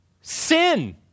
Sin